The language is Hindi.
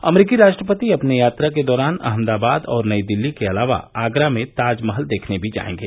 अमरीकी राष्ट्रपति अपनी यात्रा के दौरान अहमदाबाद और नई दिल्ली के अलावा आगरा में ताजमहल देखने भी जाएंगे